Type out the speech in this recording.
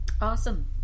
awesome